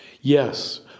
Yes